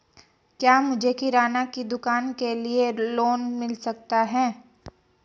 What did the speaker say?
क्या मुझे किराना की दुकान के लिए लोंन मिल सकता है?